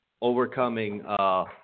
overcoming